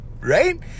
right